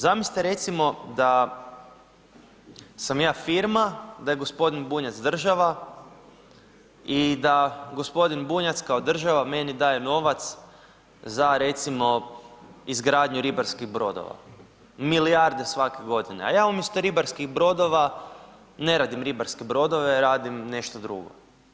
Zamislite recimo da sam ja firma, da je g. Bunjac država i da g. Bunjac kao država meni daje novac za recimo izgradnju ribarskih brodova, milijarde svake godine a ja umjesto ribarskih brodova ne radim ribarske brodove, radim nešto drugo.